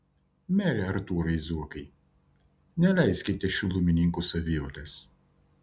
mere artūrai zuokai neleiskite šilumininkų savivalės